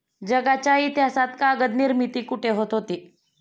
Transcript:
जगाच्या इतिहासात कागद निर्मिती कुठे होत होती?